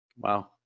Wow